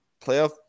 playoff